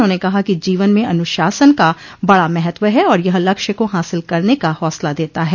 उन्होंने कहा कि जीवन में अनुशासन का बड़ा महत्व है और यह लक्ष्य को हासिल करने का हौसला देता है